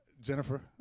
Jennifer